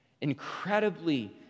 incredibly